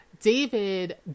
David